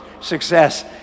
success